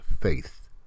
faith